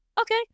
okay